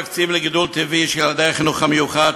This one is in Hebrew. תקציב לגידול טבעי של ילדי החינוך המיוחד,